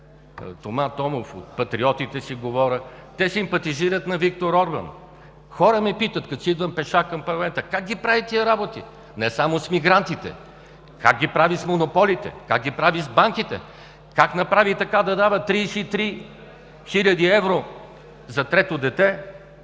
Тома Томов, от Патриотите. Те симпатизират на Виктор Орбан! Като идвам пеша към парламента, хора ме питат: как ги прави тези работи? Не само с мигрантите. Как ги прави с монополите? Как ги прави с банките? Как направи така да дава 33 хил. евро за трето дете